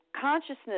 consciousness